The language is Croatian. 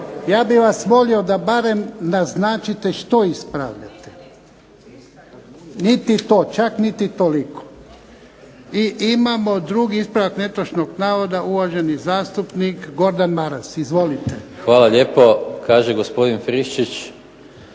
Ja bih vas molio da barem naznačite što ispravljate. Niti to, čak niti toliko. I imamo drugi ispravak netočnog navoda uvaženi zastupnik Gordan Maras. Izvolite. **Maras, Gordan (SDP)** Hvala lijepo. Kaže gospodin Friščić,